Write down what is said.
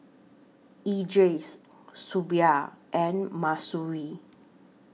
Idris Shuib and Mahsuri